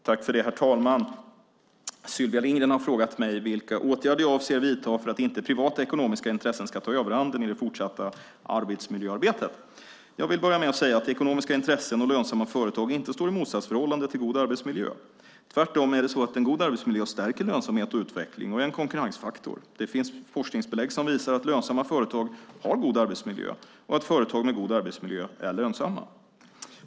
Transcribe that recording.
Herr talman! Sylvia Lindgren har frågat mig vilka åtgärder jag avser att vidta för att inte privata ekonomiska intressen ska ta överhanden i det fortsatta arbetsmiljöarbetet. Jag vill börja med att säga att ekonomiska intressen och lönsamma företag inte står i motsatsförhållande till god arbetsmiljö. Tvärtom är det så att god arbetsmiljö stärker lönsamhet och utveckling och är en konkurrensfaktor. Det finns forskningsbelägg som visar att lönsamma företag har god arbetsmiljö och att företag med god arbetsmiljö är lönsamma.